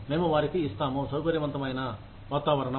మేము వారికి ఇస్తాము సౌకర్యవంతమైన అని వాతావరణం